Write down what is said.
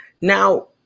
Now